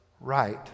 right